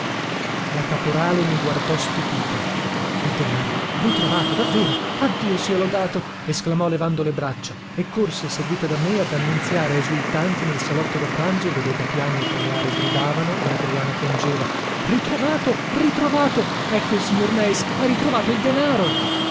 la caporale mi guardò stupita il denaro ritrovato davvero ah dio sia lodato esclamò levando le braccia e corse seguìta da me ad annunziare esultante nel salotto da pranzo dove papiano e il paleari gridavano e adriana piangeva ritrovato ritrovato ecco il signor meis ha ritrovato il denaro